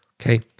okay